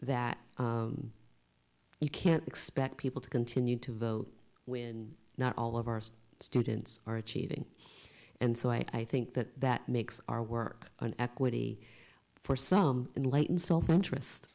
that you can't expect people to continue to vote when not all of us students are achieving and so i think that that makes our work an equity for some enlightened self interest